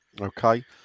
Okay